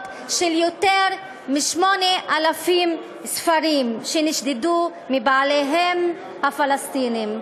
של יותר מ-8,000 ספרים שנשדדו מבעליהם הפלסטינים.